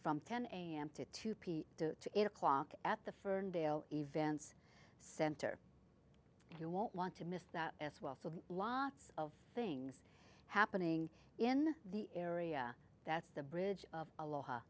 from ten am to two pm to eight o'clock at the ferndale events center you won't want to miss that as well so lots of things happening in the area that's the bridge of aloha